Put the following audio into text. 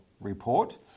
report